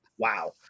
wow